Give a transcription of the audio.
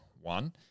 one